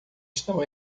estão